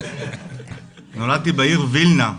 נולדתי בעיר וילנה.